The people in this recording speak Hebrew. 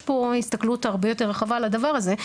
יש פה הסתכלות הרבה יותר רחבה על הדבר הזה,